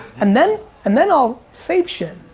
and then and then i'll save shit.